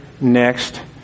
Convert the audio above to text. next